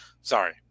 sorry